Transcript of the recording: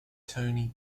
tony